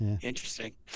Interesting